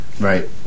Right